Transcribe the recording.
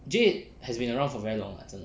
J eight has been around for very long lah 真的